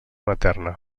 materna